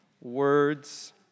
words